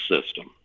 system